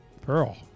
Pearl